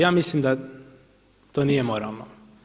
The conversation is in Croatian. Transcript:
Ja mislim da to nije moralno.